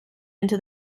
into